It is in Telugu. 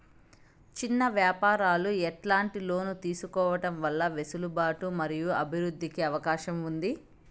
చిన్న వ్యాపారాలు ఎట్లాంటి లోన్లు తీసుకోవడం వల్ల వెసులుబాటు మరియు అభివృద్ధి కి అవకాశం ఉంది?